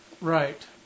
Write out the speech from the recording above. Right